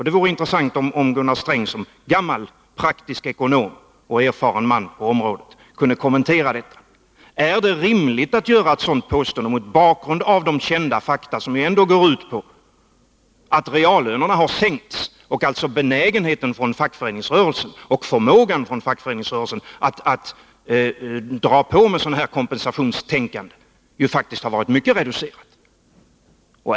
Det vore intressant om Gunnar Sträng som gammal praktisk ekonom och erfaren man på området kunde kommentera detta. Är det rimligt att göra ett sådant påstående mot bakgrund av de kända fakta som går ut på att reallönerna har sänkts? Benägenheten och förmågan från fackföreningsrörelsen att dra på med ett sådant kompensationstänkande har faktiskt varit mycket reducerad.